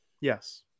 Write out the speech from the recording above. Yes